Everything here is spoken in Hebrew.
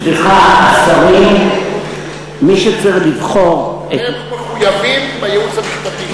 הם מחויבים בייעוץ המשפטי.